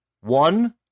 one